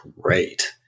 great